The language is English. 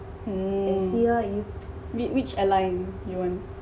hmm whi~ which airline you want